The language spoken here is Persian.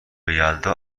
یلدا